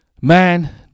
man